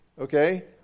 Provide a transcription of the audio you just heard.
okay